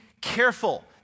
careful